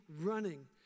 running